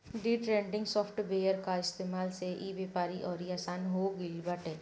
day trading software कअ इस्तेमाल से इ व्यापार अउरी आसन हो गिल बाटे